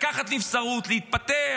לקחת נבצרות, להתפטר,